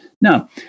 Now